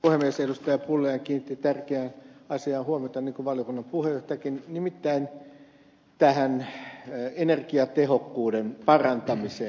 pulliainen kiinnitti tärkeään asiaan huomiota niin kuin valiokunnan puheenjohtajakin nimittäin tähän energiatehokkuuden parantamiseen